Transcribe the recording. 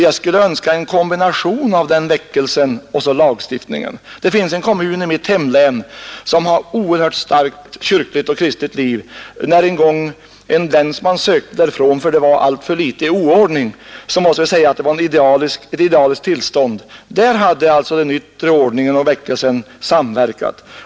Jag skulle önska en kombination av den väckelsen och lagstiftningen. Det finns en kommun i mitt hemlän som har ett oerhört starkt kyrkligt och kristet liv. När en gång en länsman sökte sig därifrån för att i kommunen rådde alltför liten oordning, måste man säga att det rådde ett idealiskt tillstånd. Här hade den yttre ordningen och väckelsen samverkat.